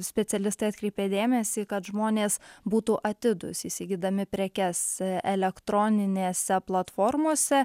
specialistai atkreipė dėmesį kad žmonės būtų atidūs įsigydami prekes elektroninėse platformose